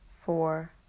four